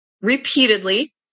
repeatedly